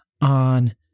on